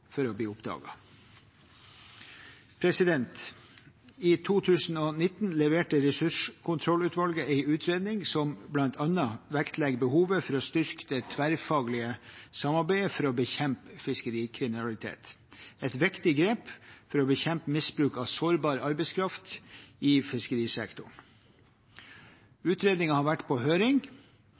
for å bli oppdaget. I 2019 leverte ressurskontrollutvalget en utredning som bl.a. vektlegger behovet for å styrke det tverrfaglige samarbeidet for å bekjempe fiskerikriminalitet, et viktig grep for å bekjempe misbruk av sårbar arbeidskraft i fiskerisektoren. Utredningen har vært på høring,